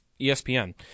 ESPN